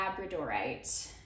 Labradorite